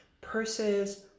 purses